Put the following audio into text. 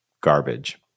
garbage